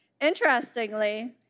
Interestingly